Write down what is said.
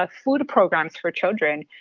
ah food programs for children.